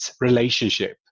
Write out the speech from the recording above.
relationship